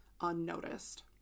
unnoticed